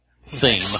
theme